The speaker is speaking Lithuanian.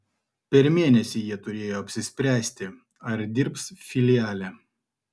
per mėnesį jie turėjo apsispręsti ar dirbs filiale